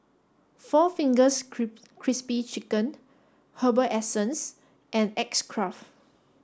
Four Fingers Crispy Chicken Herbal Essence and X Craft